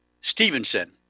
Stevenson